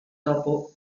dopo